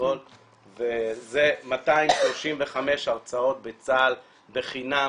וזה 235 הרצאות בצה"ל בחינם,